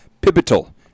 Pivotal